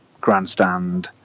grandstand